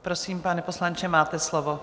Prosím, pane poslanče, máte slovo.